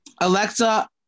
Alexa